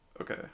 Okay